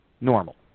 normal